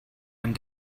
and